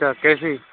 اچھا کیسی